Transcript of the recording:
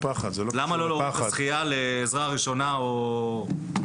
למה לא להוריד את השחייה לעזרה ראשונה או אח?